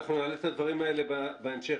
אנחנו נעלה את הדברים האלה בהמשך,